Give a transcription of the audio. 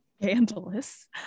scandalous